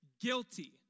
guilty